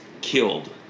killed